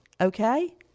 okay